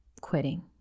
quitting